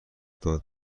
داد